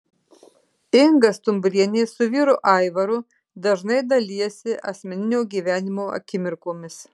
inga stumbrienė su vyru aivaru dažnai dalijasi asmeninio gyvenimo akimirkomis